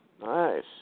Nice